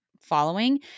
following